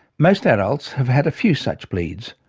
most adults have had a few such bleeds,